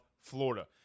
Florida